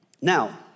Now